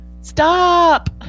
stop